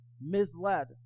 Misled